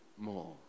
more